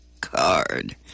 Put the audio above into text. card